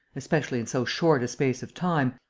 especially in so short a space of time,